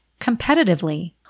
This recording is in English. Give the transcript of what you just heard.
competitively